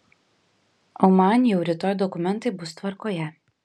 o man jau rytoj dokumentai bus tvarkoje